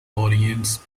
audience